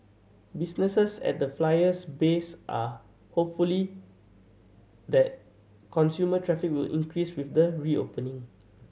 businesses at the Flyer's base are hopefully that customer traffic will increase with the reopening